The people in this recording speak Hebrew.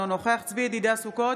אינו נוכח צבי ידידיה סוכות,